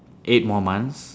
eight more months